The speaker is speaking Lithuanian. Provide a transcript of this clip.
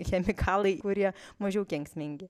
chemikalai kurie mažiau kenksmingi